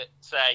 say